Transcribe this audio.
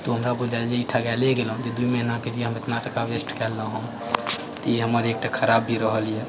तऽ हमरा बुझाएल जे ई ठकाए गेलहुँ जे दूइ महिनाके लेल हम एतना टाका वेस्ट कए लेलहुँ हँ तऽ ई हमर एकटा खराब भी रहल यऽ